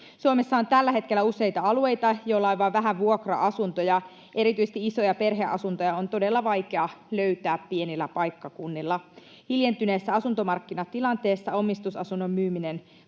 Suomessa on tällä hetkellä useita alueita, joilla on vain vähän vuokra-asuntoja. Erityisesti isoja perheasuntoja on todella vaikea löytää pienillä paikkakunnilla. Hiljentyneessä asuntomarkkinatilanteessa omistusasunnon myyminen